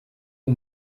uyu